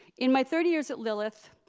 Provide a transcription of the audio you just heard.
in my thirty years at lilith,